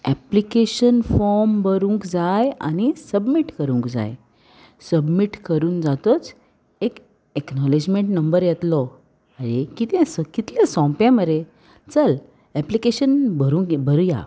application form बरूंक जाय आनी सबमीट करूंक जाय सबमीट करून जातूच एक एक्नोलेजमेंट नंबर येतलो आरे कितें आसा कितलें सोंपें मरे चल एप्लिकेशन भरूंक भरुया